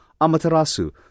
Amaterasu